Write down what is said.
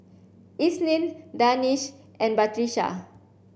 Isnin Danish and Batrisya